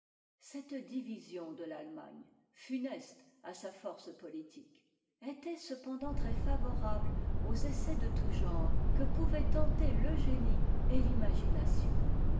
cette division de t'atlemagne funeste à sa force politique était cependant très favorable aux essais de tout genre que pouvaient tenter le génie et imagination